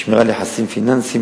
שמירה על יחסים פיננסיים,